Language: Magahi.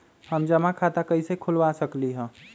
हम जमा खाता कइसे खुलवा सकली ह?